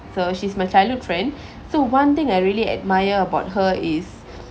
so she's my childhood friend so one thing I really admire about her is